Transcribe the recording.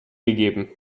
gegeben